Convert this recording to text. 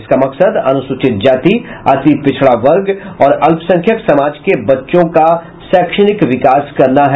इसका मकसद अनुसूचित जाति अतिपिछड़ा वर्ग और अल्पसंख्यक समाज के बच्चों का शैक्षणिक विकास करना है